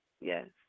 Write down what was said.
Yes